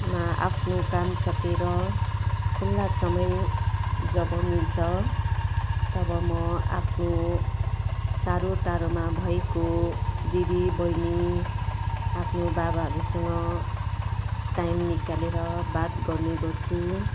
मा आफ्नो काम सकेर खुला समय जब मिल्छ तब म आफ्नो टाढो टाढोमा भएको दिदी बहिनी आफ्नो बाबाहरूसँग टाइम निकालेर बात गर्ने गर्छु